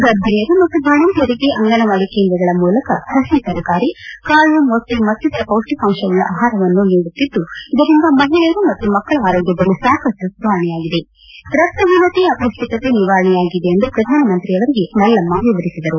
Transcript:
ಗರ್ಭಿಣಿಯರು ಮತ್ತು ಬಾಣಂತಿಯರಿಗೆ ಅಂಗನವಾಡಿ ಕೇಂದ್ರಗಳ ಮೂಲಕ ಪಸಿ ತರಕಾರಿ ಕಾಳು ಮೊಟ್ಟೆ ಮತ್ತಿತರ ಪೌಷ್ಠಿಕಾಂಶವುಳ್ಳ ಆಹಾರವನ್ನು ನೀಡುತ್ತಿದ್ದು ಇದರಿಂದ ಮಹಿಳೆಯರು ಮತ್ತು ಮಕ್ಕಳ ಆರೋಗ್ಗದಲ್ಲಿ ಸಾಕಷ್ಟು ಸುಧಾರಣೆ ಆಗಿದೆ ರಕ್ತಹೀನತೆ ಅಪೌಷ್ಟಿಕತ ನಿವಾರಣೆಯಾಗಿದೆ ಎಂದು ಪ್ರಧಾನಮಂತ್ರಿಯವರಿಗೆ ಮಲ್ಲಮ್ನ ವಿವರಿಸಿದರು